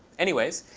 anyways,